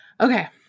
Okay